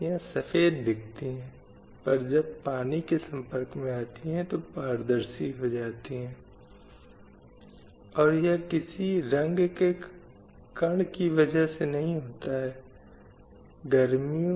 और ये ऐसे अपराध हैं जो विशेष रूप से महिलाओं के खिलाफ हैं और वर्षों से इन प्रत्येक अपराधों की बढ़ती हुई संख्या एक चीज है जो चौंकाने वाली है